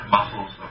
Muscles